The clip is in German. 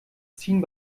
ziehen